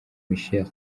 michel